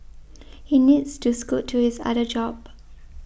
he needs to scoot to his other job